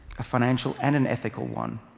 a financial and an ethical one.